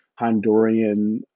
Honduran